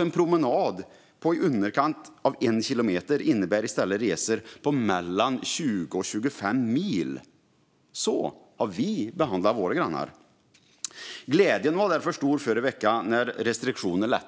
En promenad på under en kilometer blir i stället resor på mellan 20 och 25 mil. Så har vi behandlat våra grannar. Glädjen var därför stor i förra veckan, när man lättade på restriktionerna.